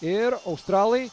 ir australai